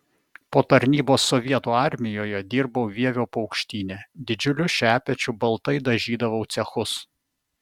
po tarnybos sovietų armijoje dirbau vievio paukštyne didžiuliu šepečiu baltai dažydavau cechus